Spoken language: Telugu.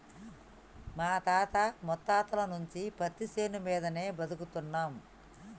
మా తాత ముత్తాతల నుంచి పత్తిశేను మీదనే బతుకుతున్నం